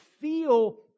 feel